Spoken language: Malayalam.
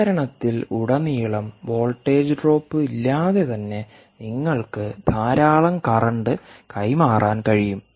ഉപകരണത്തിൽ ഉടനീളം വോൾട്ടേജ് ഡ്രോപ്പ് ഇല്ലാതെ തന്നെ നിങ്ങൾക്ക് ധാരാളം കറന്റ് കൈമാറാൻ കഴിയും